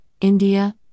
India